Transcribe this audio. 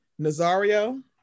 Nazario